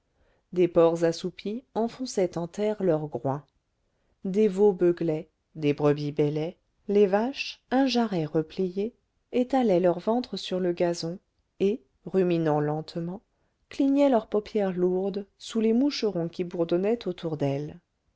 des porcs assoupis enfonçaient en terre leur groin des veaux beuglaient des brebis bêlaient les vaches un jarret replié étalaient leur ventre sur le gazon et ruminant lentement clignaient leurs paupières lourdes sous les moucherons qui bourdonnaient autour d'elles